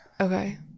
okay